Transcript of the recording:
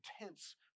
intense